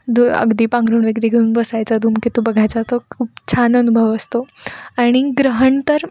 दु अगदी पांघरूण वगैरे घेऊन बसायचा धुमकेतू बघायचा तो खूप छान अनुभव असतो आणि ग्रहण तर